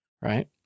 Right